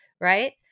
right